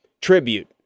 tribute